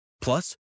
Plus